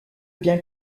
bien